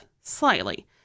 slightly